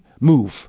move